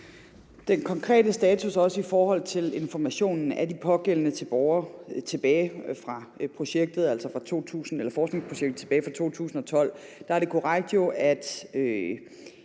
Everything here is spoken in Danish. den konkrete status i forhold til at informere de pågældende borgere i projektet, altså forskningsprojektet tilbage fra 2012, er det korrekt, at